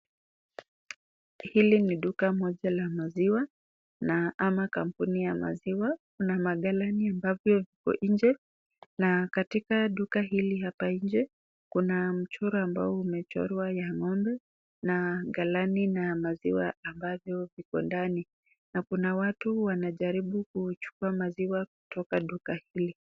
Hili ni duka moja la maziwa na ama kampuni ya maziwa, kuna magalani ambavyo nje na katika duka hili hapa nje kuna mchoro ambao umechorwa ya ng'ombe na galani na maziwa ambavyo vipo ndani na kuna watu wanajaribu kuchukua maziwa kutoka duka hili.